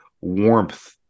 warmth